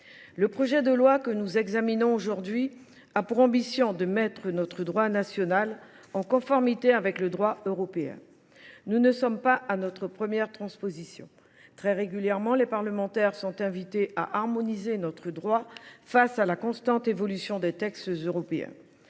le projet de loi que nous examinons aujourd’hui a pour ambition de mettre notre droit national en conformité avec la législation européenne. Nous n’en sommes pas à notre première transposition ; très régulièrement, les parlementaires sont invités à harmoniser notre droit face à la constante évolution des textes européens.